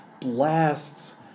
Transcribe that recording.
blasts